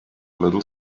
little